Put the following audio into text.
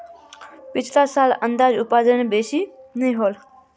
पिछला साल अनाज उत्पादन बेसि नी होल